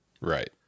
Right